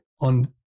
on